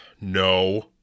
No